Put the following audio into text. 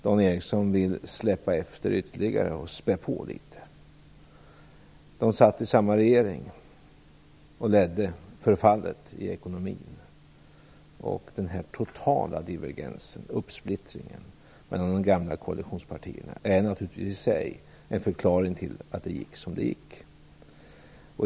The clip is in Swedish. Dan Ericsson vill släppa efter ytterligare och spä på litet. Deras partier satt i samma regering och ledde förfallet i ekonomin. Den totala divergensen och uppsplittringen mellan de gamla koalitionspartierna är naturligtvis i sig en förklaring till att det gick som det gick.